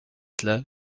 cela